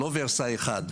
לא ורסאי אחד,